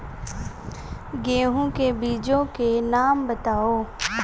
गेहूँ के बीजों के नाम बताओ?